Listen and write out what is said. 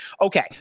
Okay